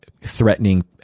threatening